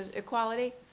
equality?